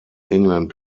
england